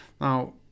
Now